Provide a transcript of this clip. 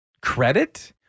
credit